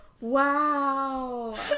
Wow